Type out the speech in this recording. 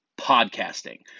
podcasting